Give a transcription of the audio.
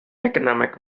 economic